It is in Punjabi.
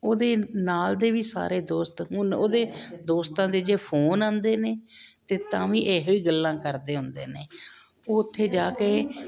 ਉਹਦੇ ਨਾਲ ਦੇ ਵੀ ਸਾਰੇ ਦੋਸਤ ਹੁਣ ਉਹਦੇ ਦੋਸਤਾਂ ਦੇ ਜੇ ਫੋਨ ਆਉਂਦੇ ਨੇ ਅਤੇ ਤਾਂ ਵੀ ਇਹੋ ਹੀ ਗੱਲਾਂ ਕਰਦੇ ਹੁੰਦੇ ਨੇ ਉੱਥੇ ਜਾ ਕੇ